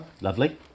Lovely